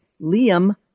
Liam